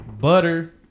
butter